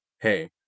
hey